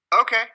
Okay